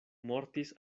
mortis